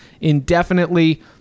indefinitely